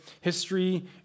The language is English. history